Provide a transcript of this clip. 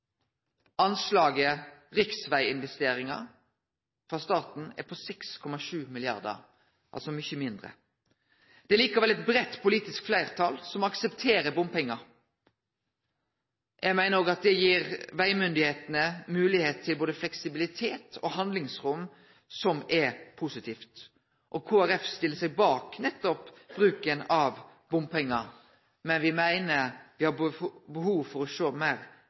Anslaget for riksveginvesteringar frå staten er på 6,7 mrd. kr, altså mykje mindre. Det er likevel eit breitt politisk fleirtal som aksepterer bompengar. Eg meiner at det òg gir vegstyresmaktene moglegheit til fleksibilitet og handlingsrom, som er positivt. Kristeleg Folkeparti stiller seg bak nettopp bruken av bompengar, men me meiner at me har behov for å sjå heilskapen meir